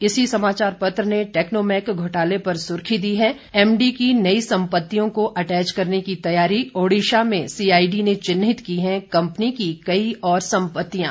इसी समाचार पत्र ने टेक्नोमैक घोटाले पर सुर्खी दी है एमडी की नई संपतियों को अटैच करने की तैयारी ओडिशा में सीआईडी ने चिन्हित की हैं कंपनी की कई और संपतियां